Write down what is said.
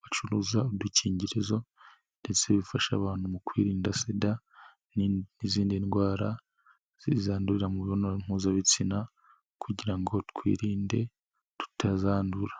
bacuruza udukingirizo ndetse bifasha abantu mu kwirinda SIDA n'izindi ndwara zandurira mu mibonanompuzabitsina kugira ngo twirinde tutazandura.